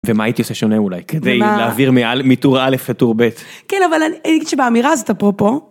ומה הייתי עושה שונה אולי כדי להעביר מעל מטור א' לטור ב', כן אבל אני אגיד שבאמירה זאת אפרופו.